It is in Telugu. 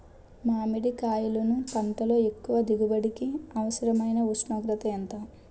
మామిడికాయలును పంటలో ఎక్కువ దిగుబడికి అవసరమైన ఉష్ణోగ్రత ఎంత?